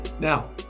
Now